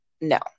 No